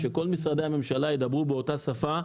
שכל משרדי הממשלה ידברו באותה שפה.